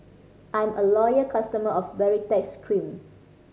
I'm a loyal customer of Baritex Cream